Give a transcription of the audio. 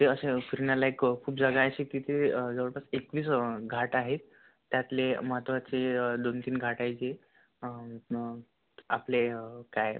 तिथे असे फिरण्यालायक खूप जागा आहेस की तिथे जवळपास एकवीस घाट आहे त्यातले महत्त्वाचे दोन तीन घाट आहे जे आपले काय